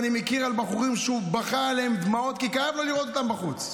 ואני מכיר בחורים שהוא בכה עליהם בדמעות כי כאב לו לראות אותם בחוץ,